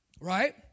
right